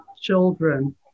children